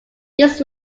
this